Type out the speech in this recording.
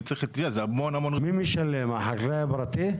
מי משלם, החקלאי הפרטי?